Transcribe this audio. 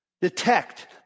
detect